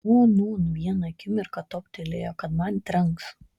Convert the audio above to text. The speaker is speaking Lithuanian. o nūn vieną akimirką toptelėjo kad man trenks